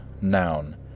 Noun